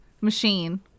machine